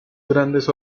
grandes